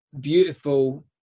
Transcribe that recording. beautiful